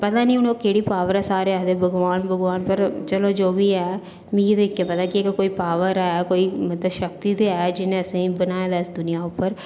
पता नेईं हून ओह् केह्डी पावर ऐ सारे आखदे भगवान भगवान पर चलो जो बी ऐ मिगी ते इक्कै पता कि अगर कोई पावर ऐ कोई मतलब शक्ति ते ऐ जिनें असेंगी बनाए दा ऐ इस दुनिया उप्पर